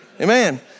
Amen